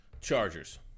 Chargers